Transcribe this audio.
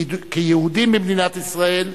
כיהודים במדינת ישראל,